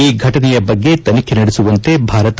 ಈ ಘಟನೆಯ ಬಗ್ಗೆ ತನಿಖೆ ನಡೆಸುವಂತೆ ಭಾರತ